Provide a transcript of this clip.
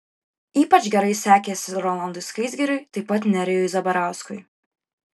ypač gerai sekėsi rolandui skaisgiriui taip pat nerijui zabarauskui